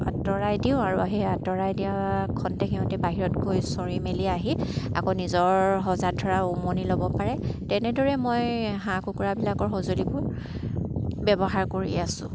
আঁতৰাই দিওঁ আৰু সেই আঁতৰাই দিয়া খন্তেক সিহঁতে বাহিৰত গৈ চৰি মেলি আহি আকৌ নিজৰ সজাত ধৰা উমনি ল'ব পাৰে তেনেদৰে মই হাঁহ কুকুৰাবিলাকৰ সঁজুলিবোৰ ব্যৱহাৰ কৰি আছোঁ